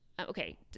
okay